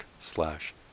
slash